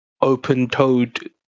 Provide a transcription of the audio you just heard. open-toed